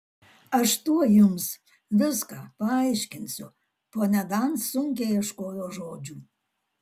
aš tuoj jums viską paaiškinsiu ponia dan sunkiai ieškojo žodžių